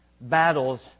battles